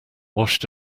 washed